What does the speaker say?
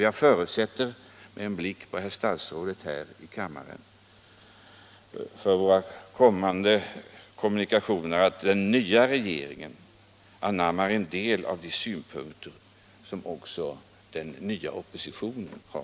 Jag förutsätter — med en blick på herr kommunikationsministern här i kammaren — att den nya regeringen anammar en del av de synpunkter som också den nya oppositionen har.